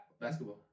Basketball